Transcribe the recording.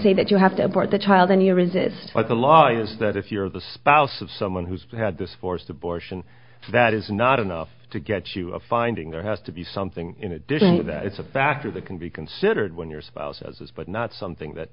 say that you have to abort the child and you resist what the law is that if you're the spouse of someone who's had this forced abortion that is not enough to get you a finding there has to be something in addition to that it's a factor that can be considered when you're spouses but not something that